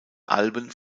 alben